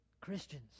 Christians